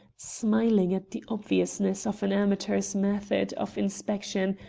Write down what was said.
smiling at the obviousness of an amateur's method of inspection,